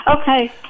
okay